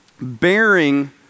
bearing